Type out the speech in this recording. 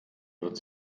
wird